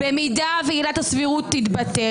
במידה ועילת הסבירות תתבטל,